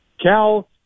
Cal